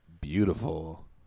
beautiful